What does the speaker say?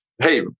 Hey